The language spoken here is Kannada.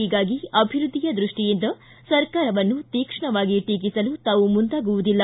ಹೀಗಾಗಿ ಅಭಿವೃದ್ಧಿಯ ದ್ಯಷ್ಟಿಯಿಂದ ಸರ್ಕಾರವನ್ನು ತೀಕ್ಷಣವಾಗಿ ಟೀಕಿಸಲು ತಾವು ಮುಂದಾಗುವುದಿಲ್ಲ